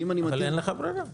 אם אני -- אבל אין לך ברירה.